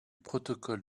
protocole